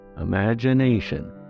imagination